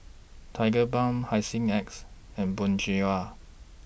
Tigerbalm Hygin X and Bonjela